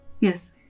Yes